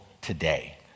today